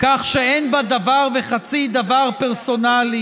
כך שאין בה דבר וחצי דבר פרסונלי.